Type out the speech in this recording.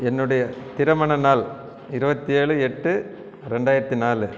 என்னுடைய திருமண நாள் இருபத்தி ஏழு எட்டு ரெண்டாயிரத்து நாலு